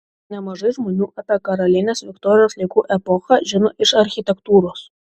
nemažai žmonių apie karalienės viktorijos laikų epochą žino iš architektūros